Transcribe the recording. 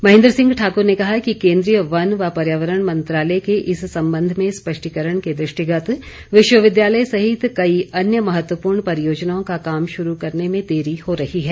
महेंद्र सिंह ठाकर ने कहा कि केंद्रीय वन व पर्यावरण मंत्रालय के इस संबंध में स्पष्टीकरण के दृष्टिगत विश्वविद्यालय सहित कई अन्य महत्वपूर्ण परियोजनाओं का काम शुरू करने में देरी हो रही है